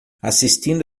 assistindo